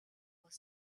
was